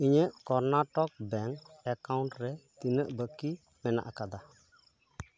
ᱤᱧᱟᱹᱜ Karnataka bank account ᱨᱮ ᱛᱤᱱᱟᱹᱜ ᱵᱟᱹᱠᱤ ᱢᱮᱱᱟᱜ ᱟᱠᱟᱫᱟ